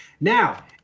Now